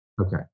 Okay